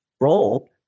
role